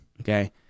Okay